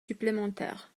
supplémentaire